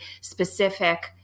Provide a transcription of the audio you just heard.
specific